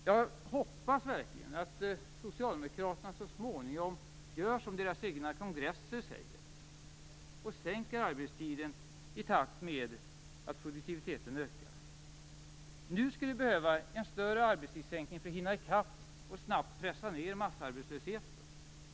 Jag hoppas verkligen att socialdemokraterna så småningom följer de egna kongressbesluten och sänker arbetstiden i takt med att produktiviteten ökar. Nu skulle vi behöva en större arbetstidssänkning för att hinna i kapp och snabbt pressa ned massarbetslösheten.